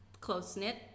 close-knit